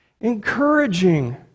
encouraging